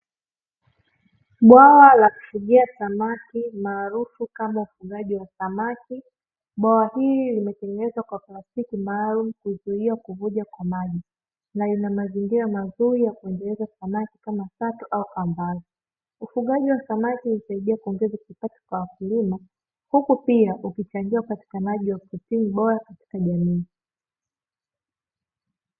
Bwawa la kufugia samaki maarufu kama ufugaji wa samaki, bwawa hili limetengenewa kwa plastiki maalumu kuzuia kuvuja kwa maji na lina mazingira mazuri ya kuendeleza samaki kama sato au kambale. Ufugaji wa samaki husaidia kuongeza kipato kwa wakulima huku pia ukichangia upatikanaji wa misimu bora katika jamii.